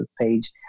page